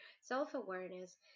self-awareness